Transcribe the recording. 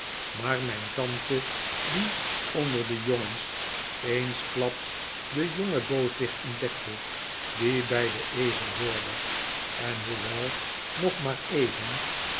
maar mijn tante die onder de jongens eensklaps den jongen booswicht ontdekte die bij den ezel hoorde en hoewel nog maar even